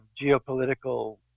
geopolitical